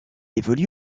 évolue